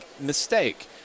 mistake